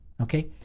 okay